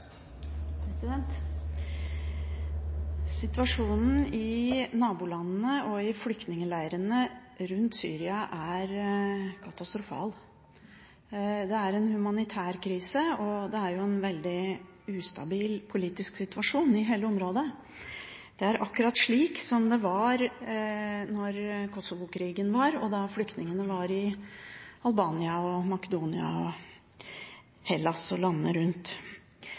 Situasjonen i nabolandene og i flyktningleirene rundt Syria er katastrofal. Det er en humanitær krise, og det er en veldig ustabil politisk situasjon i hele området. Det er akkurat slik som det var under Kosovo-krigen, da flyktningene var i Albania, Makedonia og Hellas og landene rundt.